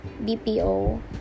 bpo